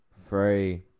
Three